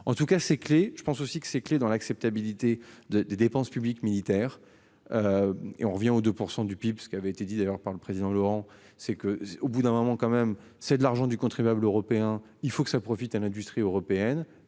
en tout cas c'est clés. Je pense aussi que ces clés dans l'acceptabilité de des dépenses publiques militaire. Et on revient aux 2% du PIB, ce qui avait été dit d'ailleurs par le président Laurent c'est que au bout d'un moment quand même, c'est de l'argent du contribuable européen. Il faut que ça profite à l'industrie européenne